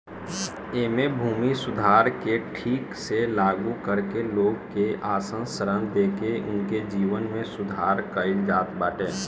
एमे भूमि सुधार के ठीक से लागू करके लोग के आसान ऋण देके उनके जीवन में सुधार कईल जात बाटे